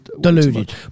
Deluded